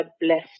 bless